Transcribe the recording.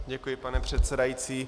Děkuji, pane předsedající.